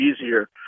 easier